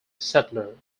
settler